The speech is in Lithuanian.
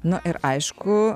na ir aišku